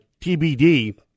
TBD